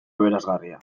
aberasgarria